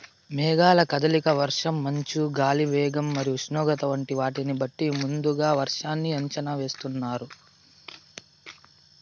మేఘాల కదలిక, వర్షం, మంచు, గాలి వేగం మరియు ఉష్ణోగ్రత వంటి వాటిని బట్టి ముందుగా వర్షాన్ని అంచనా వేస్తున్నారు